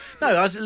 No